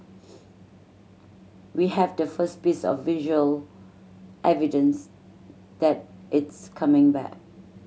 we have the first piece of visual evidence that it's coming back